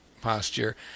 posture